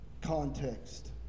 context